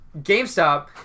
GameStop